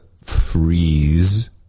freeze